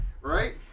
right